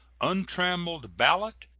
untrammeled ballot,